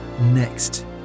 next